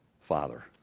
Father